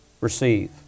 receive